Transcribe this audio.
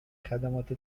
خدمات